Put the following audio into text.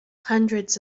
hundreds